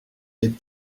est